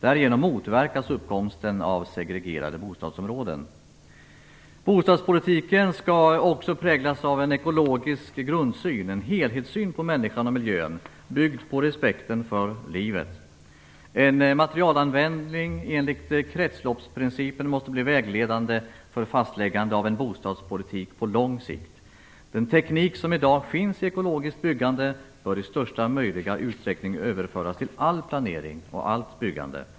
Därigenom motverkas uppkomsten av segregerade bostadsområden. Bostadspolitiken skall också präglas av en ekologisk grundsyn, en helhetssyn på människan och miljön, byggd på respekten för livet. En materialanvändning enligt kretsloppsprincipen måste bli vägledande när det gäller fastläggandet av en bostadspolitik på lång sikt. Den teknik som i dag finns för ekologiskt byggande bör i största möjliga utsträckning överföras till all planering och allt byggande.